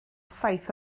saith